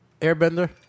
airbender